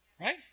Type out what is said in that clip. right